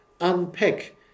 unpack